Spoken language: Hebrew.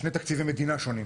שני תקציבי מדינה שונים.